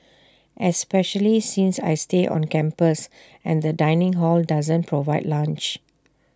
especially since I stay on campus and the dining hall doesn't provide lunch